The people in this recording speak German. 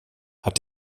hat